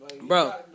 Bro